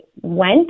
went